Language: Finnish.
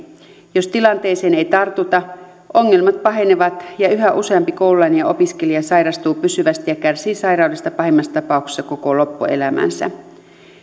jos tilanteeseen ei tartuta ongelmat pahenevat ja yhä useampi koululainen ja opiskelija sairastuu pysyvästi ja kärsii sairaudesta pahimmassa tapauksessa koko loppuelämänsä